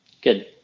Good